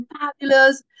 fabulous